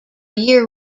year